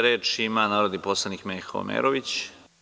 Reč ima narodni poslanik Meho Omerović.